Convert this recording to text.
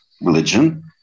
religion